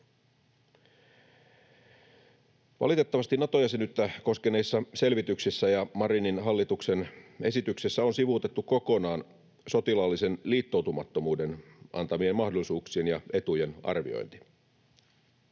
Valitettavasti Nato-jäsenyyttä koskeneissa selvityksissä ja Marinin hallituksen esityksessä on sivuutettu kokonaan sotilaallisen liittoutumattomuuden antamien mahdollisuuksien ja etujen arviointi.